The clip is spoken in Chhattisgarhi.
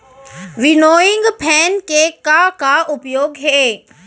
विनोइंग फैन के का का उपयोग हे?